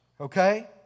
okay